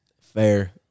Fair